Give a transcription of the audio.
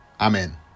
Amen